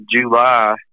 July